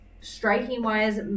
striking-wise